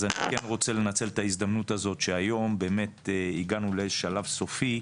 אז אני כן רוצה לנצל את ההזדמנות הזאת שהיום באמת הגענו לשלב סופי,